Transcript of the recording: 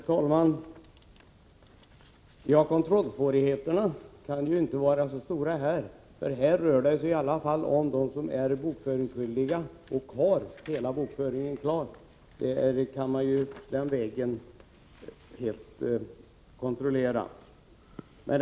Herr talman! Kontrollsvårigheterna kan ju inte vara så stora i detta fall, för det rör sig här endast om personer som är bokföringsskyldiga och som har hela sin bokföring klar. Den kan alltså kontrolleras i sin helhet.